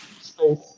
space